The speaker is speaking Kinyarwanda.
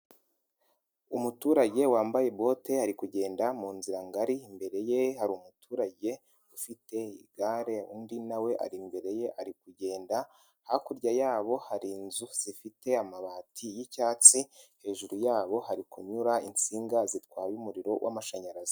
Umuturage wambaye bote, ari kugenda mu nzi ngari, imbere ye hari umuturage ufite igare, undi nawe ari imbere ye ari kugenda, hakurya yabo hari inzu zifite amabati y'icyatsi, hejuru yabo hari kunyura insinga zitwaye umuriro w'amashanyarazi.